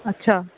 اچھا